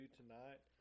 tonight